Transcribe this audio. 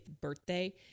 birthday